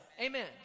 amen